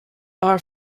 are